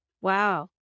Wow